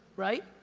right?